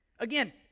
Again